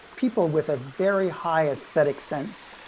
people with a very high aesthetic sense,